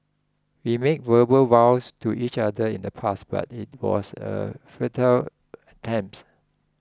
we made verbal vows to each other in the past but it was a futile attempt